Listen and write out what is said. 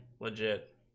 legit